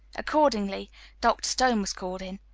accordingly dr. stone was called in.